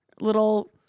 little